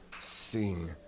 sing